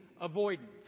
avoidance